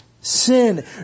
sin